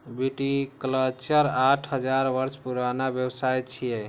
viticulture आठ हजार वर्ष पुरान व्यवसाय छियै